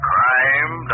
Crime